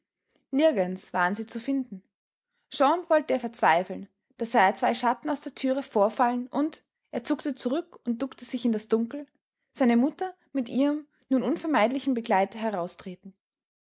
nirgends waren sie zu finden schon wollte er verzweifeln da sah er zwei schatten aus der türe vorfallen und er zuckte zurück und duckte sich in das dunkel seine mutter mit ihrem nun unvermeidlichen begleiter heraustreten